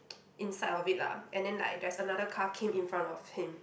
inside of it lah and then like there's another car came in front of him